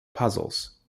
puzzles